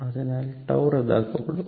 അതിനാൽ τ റദ്ദാക്കപ്പെടും